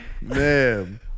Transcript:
Man